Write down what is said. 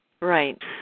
Right